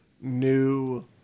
new